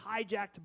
hijacked